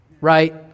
Right